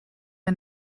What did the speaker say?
and